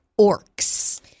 Orcs